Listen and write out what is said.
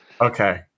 Okay